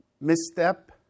misstep